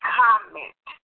comment